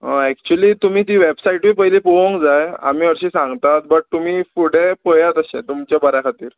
actually तुमी ती वॅबसायटूय पयली पोवंक जाय आमी अर्शी सांगतात बट तुमी फुडें पळयात अशें तुमच्या बऱ्या खातीर